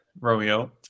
Romeo